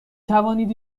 توانید